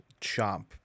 Chomp